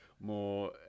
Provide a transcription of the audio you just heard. more